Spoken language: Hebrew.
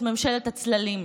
את ממשלת הצללים.